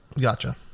Gotcha